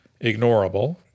ignorable